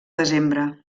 desembre